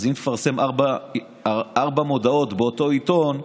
אז אם תפרסם ארבע מודעות באותו עיתון,